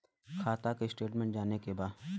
खाता के स्टेटमेंट जाने के बा?